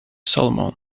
solomon